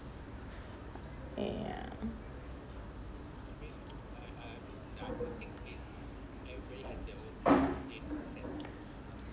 ya